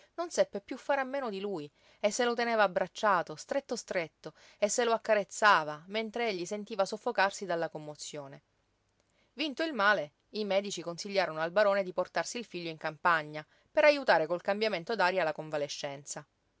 non seppe piú fare a meno di lui e se lo teneva abbracciato stretto stretto e se lo accarezzava mentre egli sentiva soffocarsi dalla commozione vinto il male i medici consigliarono al barone di portarsi il figlio in campagna per ajutare col cambiamento d'aria la convalescenza